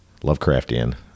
Lovecraftian